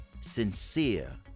sincere